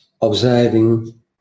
observing